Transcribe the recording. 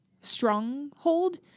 stronghold